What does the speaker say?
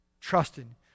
trusting